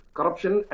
Corruption